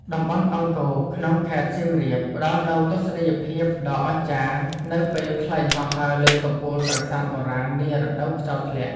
តំបន់អង្គរក្នុងខេត្តសៀមរាប ផ្ដល់នូវទស្សនីយភាពដ៏អស្ចារ្យនៅពេលខ្លែងហោះហើរលើកំពូលប្រាសាទបុរាណនារដូវខ្យល់ធ្លាក់។